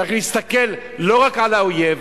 צריך להסתכל לא רק על האויב